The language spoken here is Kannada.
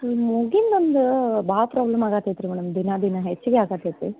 ಈ ಮೂಗಿಂದು ಒಂದು ಭಾಳ ಪ್ರಾಬ್ಲಮ್ ಆಗತ್ತೈತ್ರಿ ಮೇಡಮ್ ದಿನೇ ದಿನೇ ಹೆಚ್ಚಿಗೆ ಆಗತ್ತೈತಿ